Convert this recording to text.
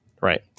Right